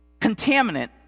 contaminant